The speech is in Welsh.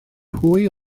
pwy